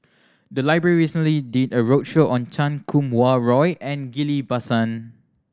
the library recently did a roadshow on Chan Kum Wah Roy and Ghillie Basan